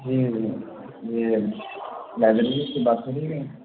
جی جی لائبریری سے بات ہو رہی ہے